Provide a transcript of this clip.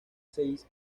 seis